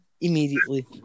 immediately